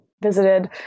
Visited